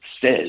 says